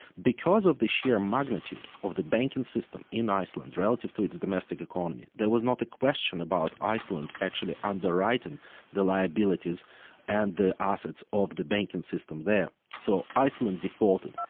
because of the sheer magnitude of the banking system in iceland relative to its domestic economy, there was not a question about iceland actually underwriting the liabilities and the assets of the banking system there. so iceland defaulted,